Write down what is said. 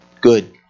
Good